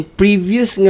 previous